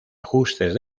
ajustes